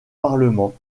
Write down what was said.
parlement